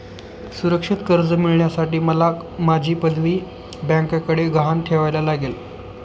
सुरक्षित कर्ज मिळवण्यासाठी मला माझी पदवी बँकेकडे गहाण ठेवायला लागेल